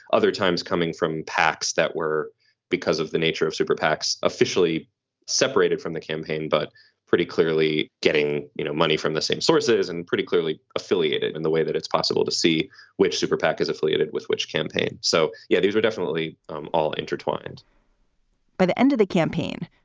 other times coming from pacs that were because of the nature of superpacs, officially separated from the campaign, but pretty clearly getting you know money from the same sources and pretty clearly affiliated in the way that it's possible to see which superpac is affiliated with which campaign. so yeah, these are definitely um all intertwined by the end of the campaign,